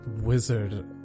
wizard